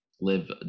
live